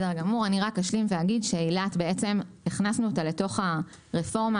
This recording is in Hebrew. רק אשלים ואגיד שאת אילת הכנסנו לתוך הרפורמה.